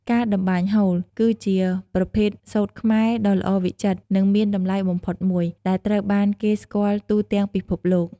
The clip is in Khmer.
ការតម្បាញហូល គឺជាប្រភេទសូត្រខ្មែរដ៏ល្អវិចិត្រ និងមានតម្លៃបំផុតមួយ ដែលត្រូវបានគេស្គាល់ទូទាំងពិភពលោក។